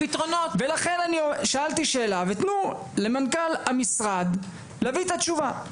ולכן אני שאלתי שאלה ותנו למנכ"ל המשרד להביא את התשובה.